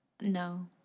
No